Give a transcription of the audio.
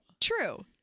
True